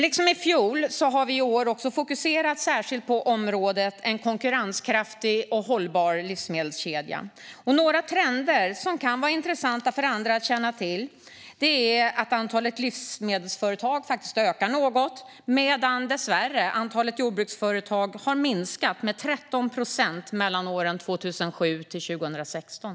Liksom i fjol har vi i år tittat särskilt på området En konkurrenskraftig och hållbar livsmedelskedja. Några trender som kan vara intressanta för andra att känna till är att antalet livsmedelsföretag ökar något, medan antalet jordbruksföretag dessvärre har minskat med 13 procent mellan åren 2007 och 2016.